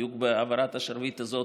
בדיוק בהעברת השרביט הזאת,